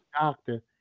doctor